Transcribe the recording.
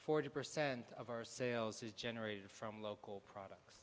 forty percent of our sales is generated from local product